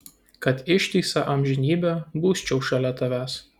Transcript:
kad ištisą amžinybę busčiau šalia tavęs